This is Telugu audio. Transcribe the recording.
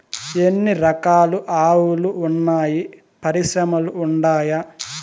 ఎన్ని రకాలు ఆవులు వున్నాయి పరిశ్రమలు ఉండాయా?